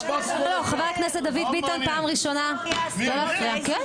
--- חבר הכנסת דוד, לא להפריע.